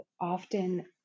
often